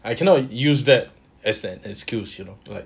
I cannot use that as an excuse you know like